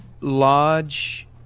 large